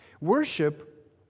Worship